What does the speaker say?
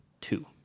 Two